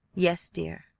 yes, dear,